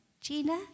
Gina